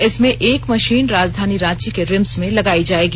इसमें एक मशीन राजधानी रांची के रिम्स में लगाई जाएगी